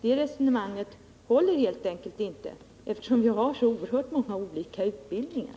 Det resonemanget håller helt enkelt inte, eftersom vi har så oerhört många olika utbildningar.